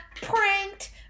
pranked